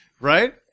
right